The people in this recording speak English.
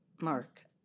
Mark